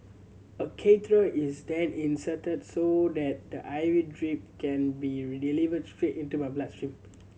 a catheter is then inserted so that the I V drip can be delivered straight into the blood stream